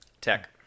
Tech